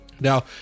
Now